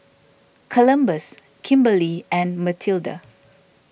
Columbus Kimberli and Matilda